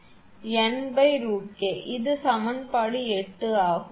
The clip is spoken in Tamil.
𝑉 𝑍𝑜𝐼𝑟 sinh𝑛√𝑘 இது சமன்பாடு 8 ஆகும்